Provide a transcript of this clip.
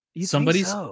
Somebody's